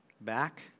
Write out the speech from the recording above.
back